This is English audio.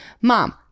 mom